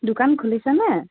দোকান খুলিছেনে